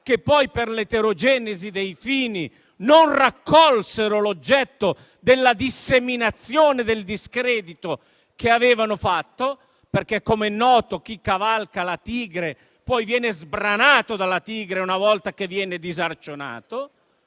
che poi, per l'eterogenesi dei fini, non raccolsero l'oggetto della disseminazione del discredito che avevano fatto (perché, come è noto, chi cavalca la tigre, poi viene sbranato dalla tigre una volta disarcionato).